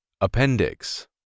Appendix